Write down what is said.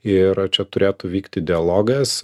ir čia turėtų vykti dialogas